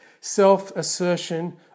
self-assertion